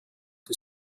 die